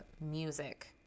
music